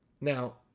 Now